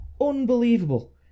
unbelievable